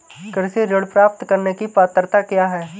कृषि ऋण प्राप्त करने की पात्रता क्या है?